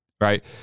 right